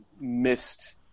missed